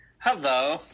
Hello